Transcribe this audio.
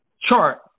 chart